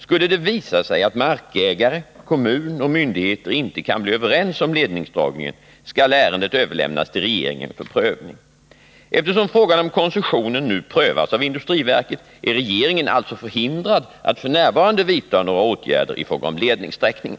Skulle det visa sig att markägare, kommun och myndigheter inte kan bli överens om ledningsdragningen, skall ärendet överlämnas till regeringen för prövning. Eftersom frågan om koncessionen nu prövas av industriverket är regeringen alltså förhindrad att f.n. vidta några åtgärder i fråga om ledningssträckningen.